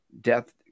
death